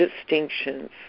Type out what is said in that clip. distinctions